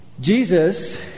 Jesus